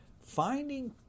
finding